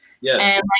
Yes